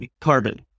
Carbon